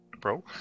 Bro